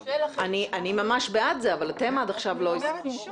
אני ממש בעד זה, אבל אתם עד עכשיו לא הסכמתם.